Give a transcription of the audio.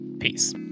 Peace